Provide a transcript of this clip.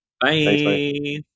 Bye